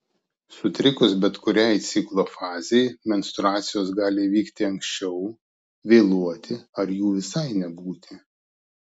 sutrikus bet kuriai ciklo fazei menstruacijos gali įvykti anksčiau vėluoti ar jų visai nebūti